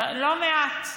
לא מעט.